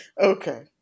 Okay